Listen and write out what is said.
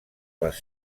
les